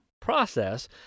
process